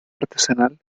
artesanal